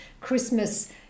Christmas